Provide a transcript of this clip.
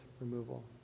removal